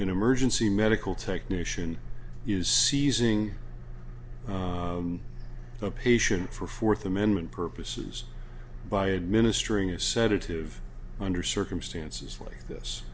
an emergency medical technician is seizing a patient for fourth amendment purposes by administering a sedative under circumstances like